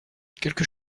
quelque